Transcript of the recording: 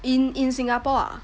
in in Singapore ah